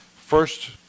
First